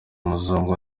umuzungu